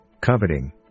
coveting